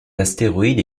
astéroïde